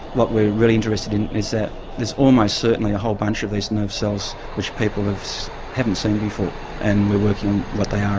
what we're really interested in is that there's almost certainly a whole bunch of these nerve cells which people haven't seen before and we working on what they um